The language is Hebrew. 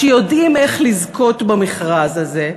שיודעים איך לזכות במכרז הזה.